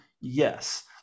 yes